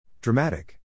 Dramatic